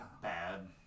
bad